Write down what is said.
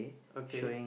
okay